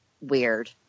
weird